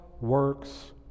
works